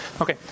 Okay